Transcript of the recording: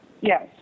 Yes